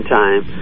time